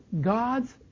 God's